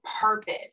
purpose